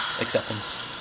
Acceptance